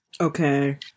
okay